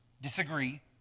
disagree